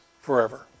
forever